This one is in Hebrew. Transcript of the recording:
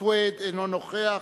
סוייד, אינו נוכח.